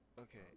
Okay